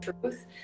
truth